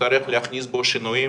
נצטרך להביא בו שינויים